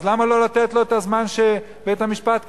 אז למה לא לתת לו את הזמן שבית-המשפט קבע?